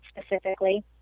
specifically